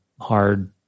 hard